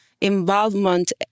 involvement